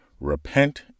Repent